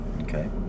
Okay